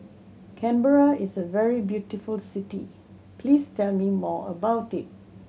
Canberra is a very beautiful city please tell me more about it